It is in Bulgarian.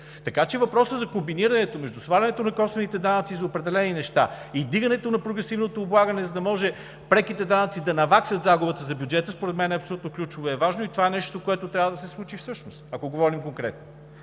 Така че въпросът за комбинирането между свалянето на косвените данъци за определени неща и вдигането на прогресивното облагане, за да може преките данъци да наваксат загубата за бюджета, според мен е абсолютно ключово и е важно. Това е нещото, което трябва да се случи всъщност, ако говорим конкретно.